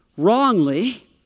Wrongly